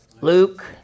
Luke